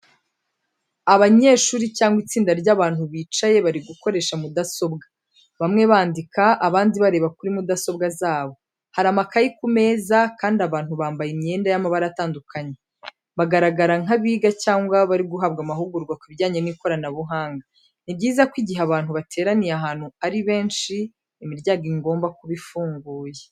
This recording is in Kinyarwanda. Abanyeshuri cyangwa itsinda ry'abantu bicaye bari gukoresha mudasobwa. Bamwe bandika, abandi bareba kuri mudasobwa zabo. Hari amakayi ku meza, kandi abantu bambaye imyenda y'amabara atandukanye. Bagaragara nk'abiga cyangwa bari guhabwa amahugurwa kubijyanye n'ikoranabuhanga. Ni byiza ko igihe abantu bateraniye ahantu ari benshi, imiryango igomba kuba ifunguye.